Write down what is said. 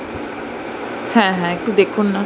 হ্যাঁ হ্যাঁ একটু দেখুন না